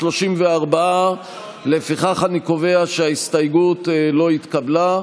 34. לפיכך אני קובע שההסתייגות לא התקבלה.